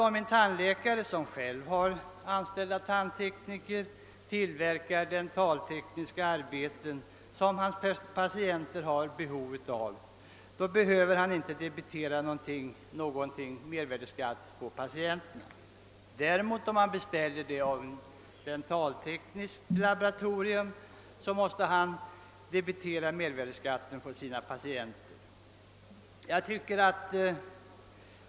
Om en tandläkare har anställt en tandtekniker, som tillverkar dentaltekniska produkter som tandläkarens patienter har behov av, så behöver han inte debitera någon mervärdeskatt. Om han däremot beställer sådana produkter av ett dentaltekniskt laboratorium, så måste han debitera sina patienter mervVärdeskatt härför.